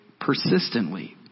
persistently